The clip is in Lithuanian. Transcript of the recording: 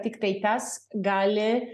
tiktai tas gali